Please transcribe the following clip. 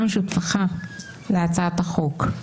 גם משותפך להצעת החוק,